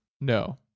No